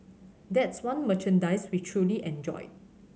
that's one merchandise we truly enjoyed